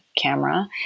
camera